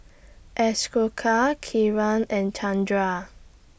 Ashoka Kiran and Chandra